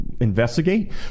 investigate